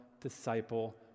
disciple